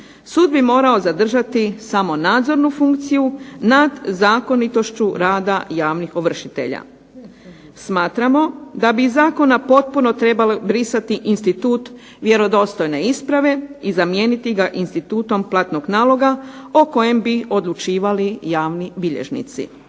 Sud bi morao zadržati samo nadzornu funkciju nad zakonitošću rada javnih ovršitelja. Smatramo da bi iz zakona potpuno trebalo brisati institut vjerodostojne isprave i zamijeniti ga institutom platnog naloga o kojem bi odlučivali javni bilježnici.